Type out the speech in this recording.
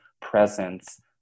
presence